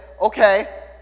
okay